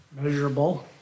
measurable